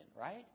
right